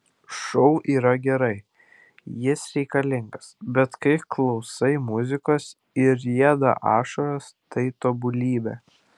šou yra gerai jis reikalingas bet kai klausai muzikos ir rieda ašaros tai tobulybė